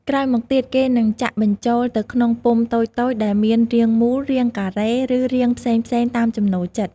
ក្រោយមកទៀត គេនឹងចាក់បញ្ចូលទៅក្នុងពុម្ពតូចៗដែលមានរាងមូល រាងការ៉េ ឬរាងផ្សេងៗតាមចំណូលចិត្ត។